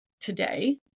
today